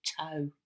toe